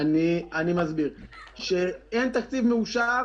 אני מסביר שאין תקציב מאושר.